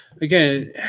again